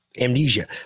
amnesia